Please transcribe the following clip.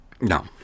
No